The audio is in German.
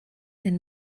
den